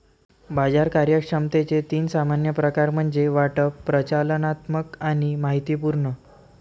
बाजार कार्यक्षमतेचे तीन सामान्य प्रकार म्हणजे वाटप, प्रचालनात्मक आणि माहितीपूर्ण